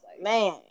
Man